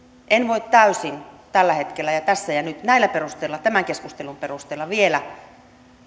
en voi täysin tällä hetkellä ja tässä ja nyt näillä perusteilla tämän keskustelun perusteella vielä